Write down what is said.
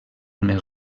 més